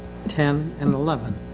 ten and eleven.